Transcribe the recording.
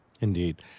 indeed